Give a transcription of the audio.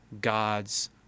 God's